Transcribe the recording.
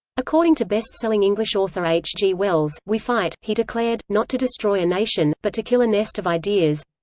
according to best-selling english author h. g. wells, we fight, he declared, not to destroy a nation, but to kill a nest of ideas.